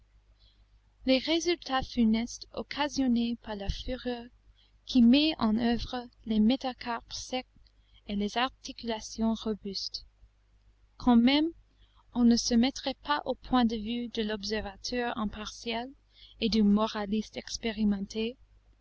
les résultats funestes occasionnés par la fureur qui met en oeuvre les métacarpes secs et les articulations robustes quand même on ne se mettrait pas au point de vue de l'observateur impartial et du moraliste expérimenté